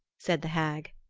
said the hag.